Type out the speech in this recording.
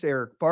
Eric